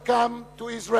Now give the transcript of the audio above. Welcome to Israel.